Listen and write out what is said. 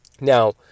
Now